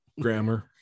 Grammar